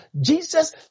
jesus